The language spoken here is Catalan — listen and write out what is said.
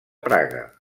praga